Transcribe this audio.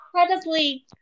incredibly